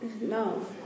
No